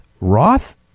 Roth